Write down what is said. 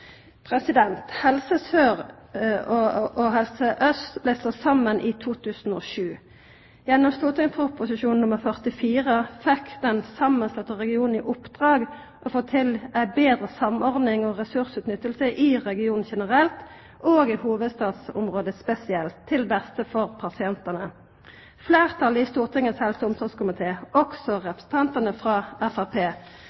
Helse Sør og Helse Aust blei slått saman i 2007. Gjennom St.prp. nr. 44 for 2006–2007 fekk den samanslåtte regionen i oppdrag å få til ei betre samordning og ressursutnytting i regionen generelt og i hovudstadsområdet spesielt, til beste for pasientane. Fleirtalet i Stortingets helse- og omsorgskomité, også